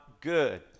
good